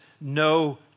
no